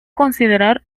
considerar